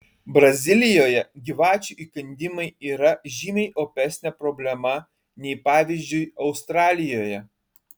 brazilijoje gyvačių įkandimai yra žymiai opesnė problema nei pavyzdžiui australijoje